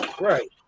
right